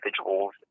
individuals